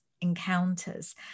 encounters